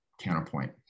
counterpoint